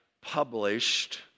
published